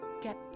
get